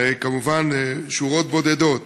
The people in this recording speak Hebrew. וכמובן, שורות בודדות: